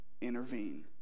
intervene